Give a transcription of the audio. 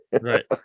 Right